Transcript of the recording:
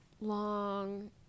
long